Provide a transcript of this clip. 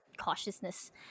cautiousness